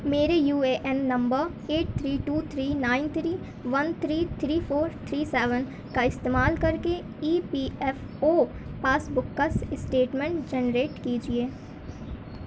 میرے U A N number eight three two three nine three one three three four three seven کا استعمال کر کے E P F O passbook کا generate جنریٹ کیجیے